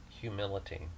humility